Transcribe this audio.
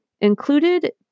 included